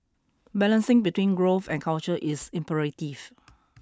balancing between growth and culture is imperative